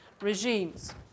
regimes